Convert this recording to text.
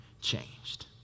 changed